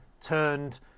turned